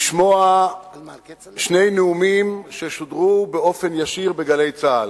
לשמוע שני נאומים ששודרו בשידור ישיר ב"גלי צה"ל".